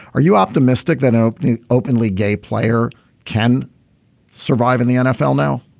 are you optimistic that opening an openly gay player can survive in the nfl now